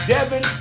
Devin